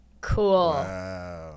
Cool